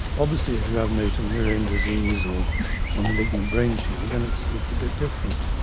obviously if you have motor neuron disease or a malignant brain tumour then it's it's a bit different.